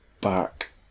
back